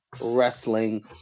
wrestling